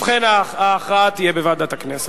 ובכן, ההכרעה תהיה בוועדת הכנסת.